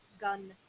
gun